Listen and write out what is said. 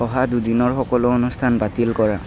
অহা দুদিনৰ সকলো অনুষ্ঠান বাতিল কৰা